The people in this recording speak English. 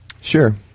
Sure